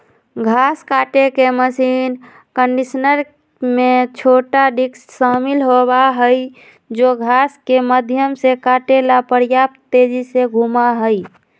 घास काटे के मशीन कंडीशनर में छोटे डिस्क शामिल होबा हई जो घास के माध्यम से काटे ला पर्याप्त तेजी से घूमा हई